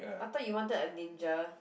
I thought you wanted a ninja